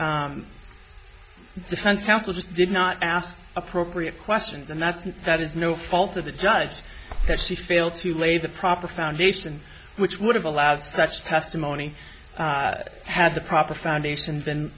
counsel just did not ask appropriate questions and that's that is no fault of the judge that she failed to lay the proper foundation which would have allowed such testimony had the proper foundations and